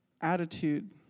attitude